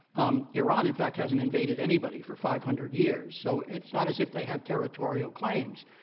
um iran in fact hasn't invaded anybody for five hundred years. so it's not as if they have territorial claims.